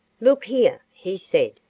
look here, he said,